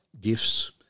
gifts